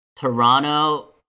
Toronto